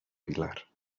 pilar